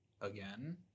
again